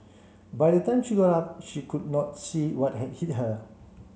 by the time she got up she could not see what had hit her